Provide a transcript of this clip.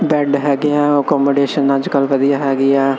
bed ਹੈਗੇ ਆ accommodation ਅੱਜ ਕੱਲ੍ਹ ਵਧੀਆ ਹੈਗੀ ਹੈ